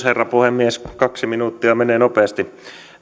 herra puhemies kaksi minuuttia menee nopeasti elikkä